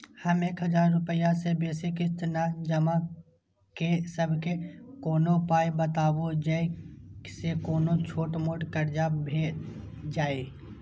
हम एक हजार रूपया से बेसी किस्त नय जमा के सकबे कोनो उपाय बताबु जै से कोनो छोट मोट कर्जा भे जै?